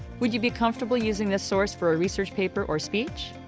would you be comfortable using this source for a research paper or speech?